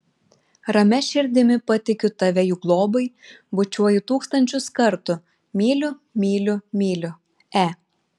ramia širdimi patikiu tave jų globai bučiuoju tūkstančius kartų myliu myliu myliu e